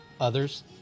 others